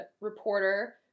reporter